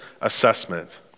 Assessment